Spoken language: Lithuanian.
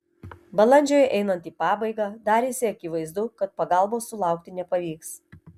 balandžiui einant į pabaigą darėsi akivaizdu kad pagalbos sulaukti nepavyks